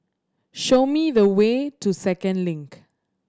show me the way to Second Link